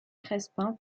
crespin